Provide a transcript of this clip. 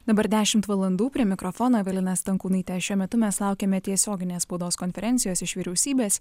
dabar dešimt valandų prie mikrofono evelina stankūnaitė šiuo metu mes laukiame tiesioginės spaudos konferencijos iš vyriausybės